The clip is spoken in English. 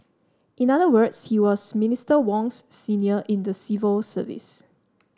in other words he was Minister Wong's senior in the civil service